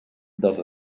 dels